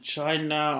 China